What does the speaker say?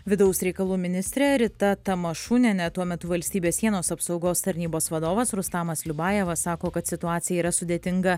vidaus reikalų ministrė rita tamašunienė tuo metu valstybės sienos apsaugos tarnybos vadovas rustamas liubajevas sako kad situacija yra sudėtinga